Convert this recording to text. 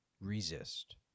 Resist